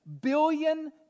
billion